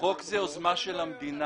החוק זו יוזמה של המדינה,